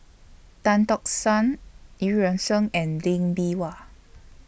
Tan Tock San EU Yuan Sen and Lee Bee Wah